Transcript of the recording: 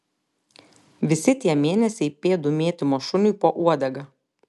visi tie mėnesiai pėdų mėtymo šuniui po uodega